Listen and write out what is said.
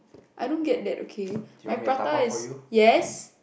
I don't get that okay my prata is yes